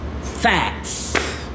facts